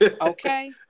Okay